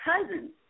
cousins